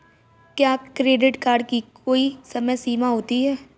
क्या credit card की कोई समय सीमा होती है?